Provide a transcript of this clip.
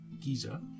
Giza